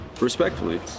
respectfully